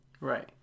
right